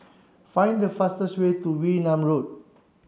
find the fastest way to Wee Nam Road